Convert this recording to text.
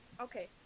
Okay